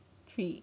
three